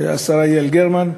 יעל גרמן.